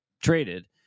traded